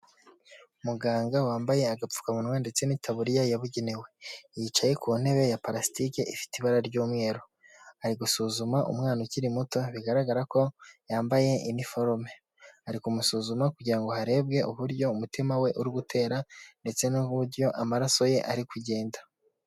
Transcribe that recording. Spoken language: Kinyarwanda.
Muganga wambaye agapfukamunwa ndetse n'itaburiya yabugenewe, yicaye ku ntebe ya palasitike ifite ibara ry'umweru, ari gusuzuma umwana ukiri muto bigaragara ko yambaye iniforume ari kumusuzuma kugira ngo harebwe uburyo umutima we uri gutera ndetse n'uburyo amaraso ye ari kugenda.